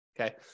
Okay